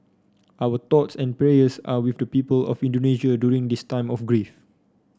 our thoughts and prayers are with the people of Indonesia during this time of grief